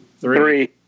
Three